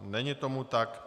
Není tomu tak.